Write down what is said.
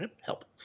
help